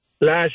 last